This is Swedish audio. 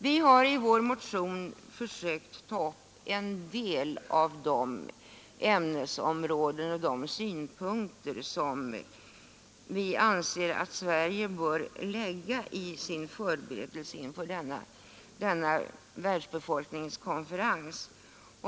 Vi har i vår motion försökt ta upp en del av de ämnesområden och de synpunkter som vi anser att Sverige bör aktualisera i sina förberedelser inför denna världsbefolkningskonferens.